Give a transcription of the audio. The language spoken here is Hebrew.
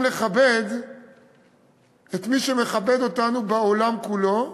לכבד את מי שמכבד אותנו בעולם כולו,